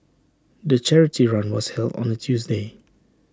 the charity run was held on A Tuesday